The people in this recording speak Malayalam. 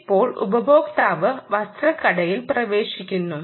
ഇപ്പോൾ ഉപയോക്താവ് വസ്ത്രക്കടയിൽ പ്രവേശിക്കുന്നു